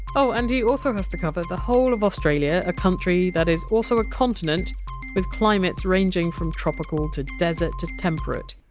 oh, and he has to cover the whole of australia, a country that is also a continent with climates ranging from tropical to desert to temperate.